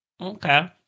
Okay